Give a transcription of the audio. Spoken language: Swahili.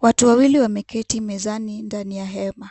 Watu wawili wameketi mezani ndani ya hema.